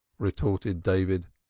retorted david,